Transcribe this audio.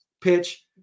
Pitch